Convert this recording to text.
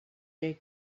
gay